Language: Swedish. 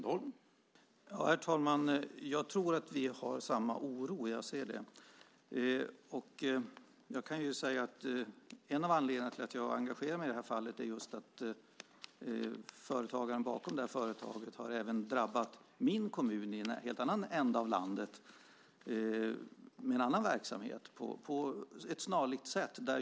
Herr talman! Jag märker att vi känner samma oro. En av anledningarna till att jag har engagerat mig i det här fallet är just att företagaren bakom det här företaget på ett snarlikt sätt även har drabbat min kommun i en helt annan ända av landet med en annan verksamhet.